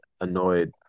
annoyed